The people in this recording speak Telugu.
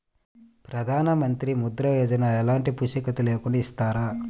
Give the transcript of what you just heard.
ప్రధానమంత్రి ముద్ర యోజన ఎలాంటి పూసికత్తు లేకుండా ఇస్తారా?